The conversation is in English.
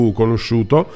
conosciuto